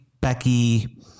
Becky